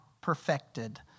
perfected